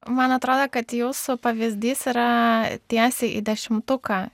man atrodo kad jūsų pavyzdys yra tiesiai į dešimtuką